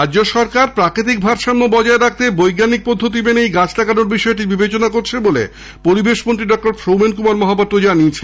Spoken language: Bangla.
রাজ্য সরকার প্রাকৃতিক ভারসাম্য বজায় রাখতে বৈজ্ঞানিক পদ্ধতি মেনেই গাছ লাগানোর বিষয়টি বিবেচনা করছে বলে পরিবেশমন্ত্রী ডক্টর সৌমেন কুমার মহাপাত্র জানিয়েছেন